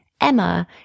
Emma